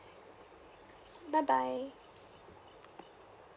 bye bye